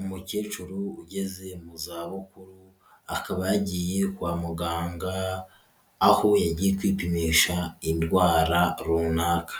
Umukecuru ugeze mu za bukuru akaba yagiye kwa muganga, aho yagiye kwipimisha indwara runaka,